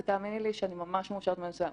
ותאמיני לי שאני ממש מאושרת.